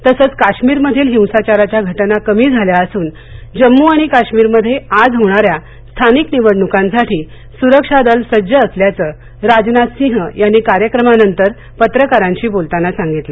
तसंच काश्मीरमधील हिंसाचाराच्या घटना कमी झाल्या असून जम्मू आणि काश्मीर मध्ये आज होणाऱ्या स्थानिक निवडणुकांसाठी सुरक्षा दल सज्ज असल्याचं राजनाथ सिंह यांनी कार्यक्रमानंतर पत्रकारांशी बोलताना सांगितलं